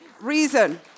reason